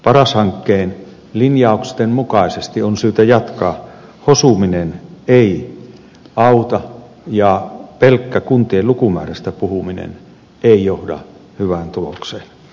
allashankkeen linjausten mukaisesti on syytä jatkaa hosuminen ei auta ja pelkkä kuntien lukumäärästä puhuminen ei johda hyvään tulokseen